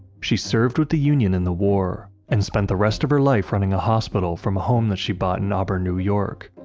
she served with the union in the war, and spent the rest of her life running a hospital from a home that she bought in auburn, new york.